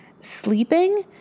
sleeping